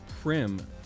Prim